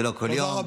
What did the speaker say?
זה לא כל יום.